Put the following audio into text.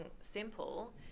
simple